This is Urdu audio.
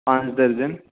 پانچ درجن